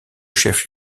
chef